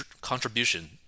contribution